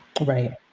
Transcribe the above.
right